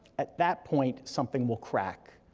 at that point, something will crack.